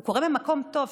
הוא קורה ממקום טוב,